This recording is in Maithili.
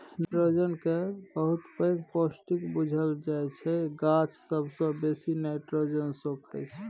नाइट्रोजन केँ बहुत पैघ पौष्टिक बुझल जाइ छै गाछ सबसँ बेसी नाइट्रोजन सोखय छै